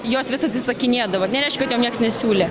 jos vis atsisakinėdavo nereiškia kad jom nieks nesiūlė